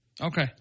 Okay